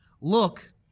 look